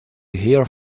here